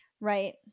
Right